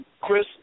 Chris